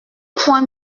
point